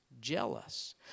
jealous